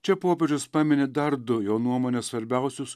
čia popiežius pamini dar du jo nuomone svarbiausius